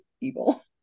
evil